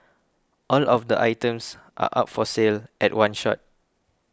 all of the items are up for sale at one shot